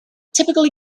typically